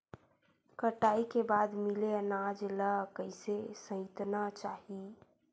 कटाई के बाद मिले अनाज ला कइसे संइतना चाही?